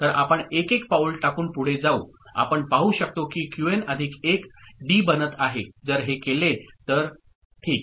तर आपण एक एक पाऊल टाकून पुढे जाऊ आपण पाहु शकतो की Qn प्लस 1 D बनत आहे जर हे केले तर ठीक